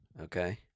Okay